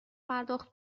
پرداخت